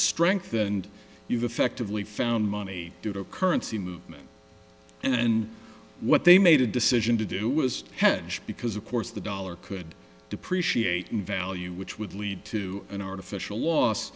strength and you've effectively found money due to currency movement and what they made a decision to do was hedge because of course the dollar could depreciate in value which would lead to an artificial loss